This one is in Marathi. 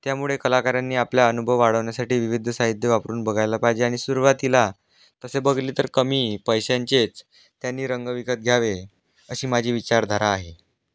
त्यामुळे कलाकारांनी आपला अनुभव वाढवण्यासाठी विविध साहित्य वापरून बघायला पाहिजे आणि सुरवातीला तसे बघितले तर कमी पैशांचेच त्यांनी रंग विकत घ्यावे अशी माझी विचारधारा आहे